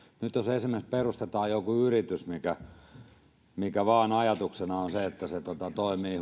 nyt jos esimerkiksi perustetaan joku yritys minkä ajatuksena on vain se että se toimii